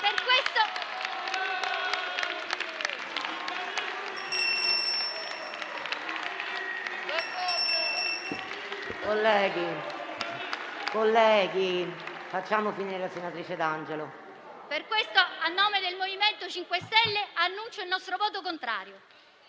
Per questo, a nome del Gruppo MoVimento 5 Stelle, annuncio il voto contrario.